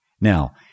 Now